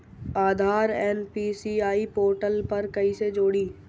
आधार NPCI portal पर कईसे जोड़ी?